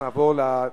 נגד, 2, אין נמנעים.